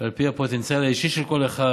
ועל פי הפוטנציאל האישי של כל אחד,